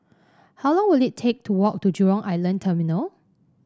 how long will it take to walk to Jurong Island Terminal